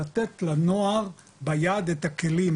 לתת לנוער ביד את הכלים,